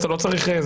אז אתה לא צריך --,